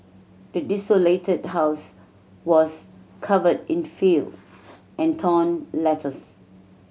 the desolated house was covered in filth and torn letters